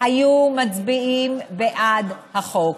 היו מצביעים בעד החוק.